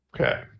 Okay